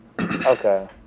okay